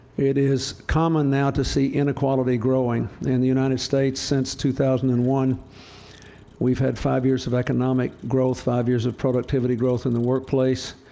it is common now to see inequality growing. in the united states, since two thousand and one we've had five years of economic growth, five years of productivity growth in the workplace,